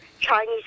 Chinese